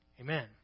amen